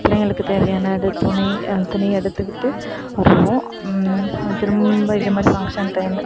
பிள்ளைங்களுக்குத் தேவையான அது துணி துணி எடுத்துக்கிட்டு வருவோம் திரும்ப இதை மாதிரி ஃபங்க்ஷன் டைம்